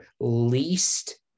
least